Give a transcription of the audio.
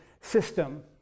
system